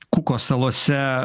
kuko salose